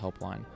Helpline